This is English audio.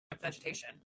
vegetation